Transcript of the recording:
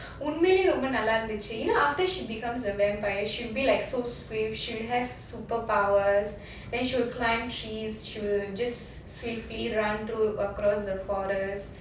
உண்மையலே ரொம்ப நல்லா இருந்துச்சு:unmaiyele romba nalla irundhuchu you know after she becomes a vampire she'll be like so swift she'll have superpowers then she'll climb trees she will just swiftly run through across the forest